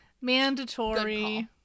mandatory